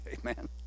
Amen